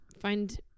find